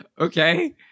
Okay